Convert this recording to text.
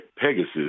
pegasus